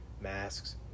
masks